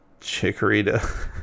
Chikorita